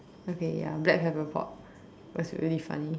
okay ya black pepper pot was really funny